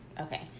okay